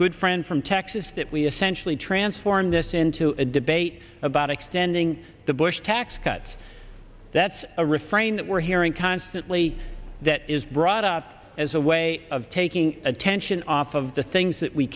good friend from texas that we essentially transform this into a debate about extending the bush tax cuts that's a refrain that we're hearing constantly that is brought up as a way of taking attention off of the things that we